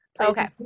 Okay